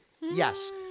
Yes